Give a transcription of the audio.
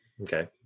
Okay